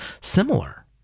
similar